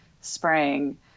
spring